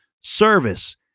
service